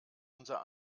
unser